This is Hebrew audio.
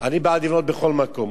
אני בעד לבנות בכל מקום,